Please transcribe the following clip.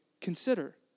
consider